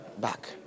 back